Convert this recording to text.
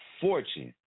fortune